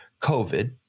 COVID